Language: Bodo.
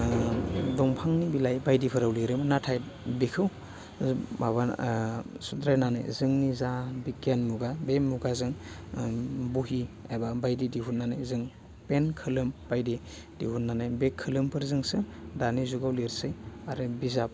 दंफांनि बिलाइ बायदिफोराव लिरोमोन नाथाय बिखौ माबा सुद्रायनानै जोंनि जा बिगियान मुगा बे मुगाजों बहि एबा बायदि दिहुन्नानै जों पेन खोलोम बायदि दिहुन्नानै बे खोलोमफोरजोंसो दानि जुगाव लिरसै आरो बिजाब